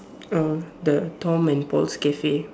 uh the Tom and Paul's Cafe